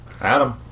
Adam